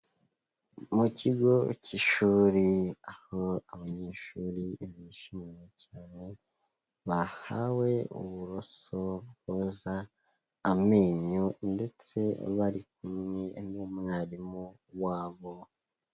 Mu kigo cy'ishuri aho abanyeshuri bishimiye cyane, bahawe uburoso boza amenyo ndetse bari kumwe n'umwarimu wabo.